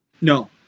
No